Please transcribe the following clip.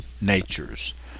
natures